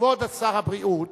כבוד שר הבריאות,